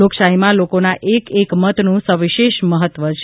લોકશાહીમાં લોકોના એક એક મતનું સવિશેષ મહત્વ છે